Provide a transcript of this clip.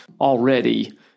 already